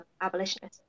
abolitionists